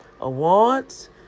Awards